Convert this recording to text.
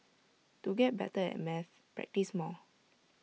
to get better at maths practise more